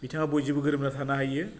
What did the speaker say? बिथाङा बयजोंबो गोरोबनानै थानो हायो